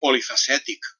polifacètic